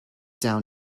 down